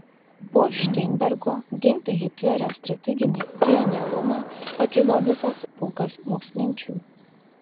po šteinbergo ginti hitlerio strateginį genialumą pakilo visas pulkas mokslinčių